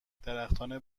درختان